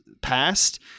passed